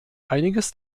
einiges